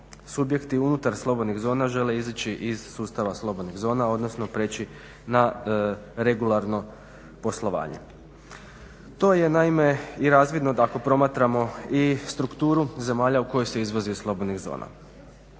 subjekti unutar slobodnih žena žele izaći iz sustava slobodnih zona odnosno prijeći na regularno poslovanje. To je naime i razvidno da ako promatramo i strukturu zemalja u kojoj se izvozi slobodna zona.